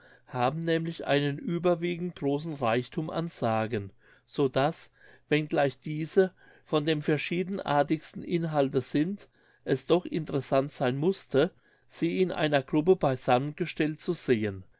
haben nämlich einen überwiegend großen reichthum an sagen so daß wenn gleich diese von dem verschiedenartigsten inhalte sind es doch interessant seyn mußte sie in einer gruppe beisammengestellt zu sehen